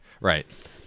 Right